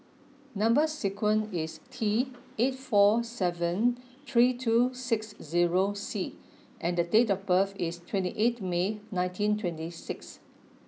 number sequence is T eight four seven three two six zero C and date of birth is twenty eighth May nineteen twenty six